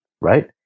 Right